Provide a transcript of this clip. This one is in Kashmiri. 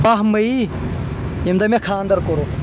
بہہ میی ییٚمہِ دۄہ مےٚ خانٛدر کوٚرُکھ